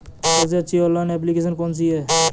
सबसे अच्छी online application कौन सी है?